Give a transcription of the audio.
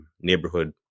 neighborhood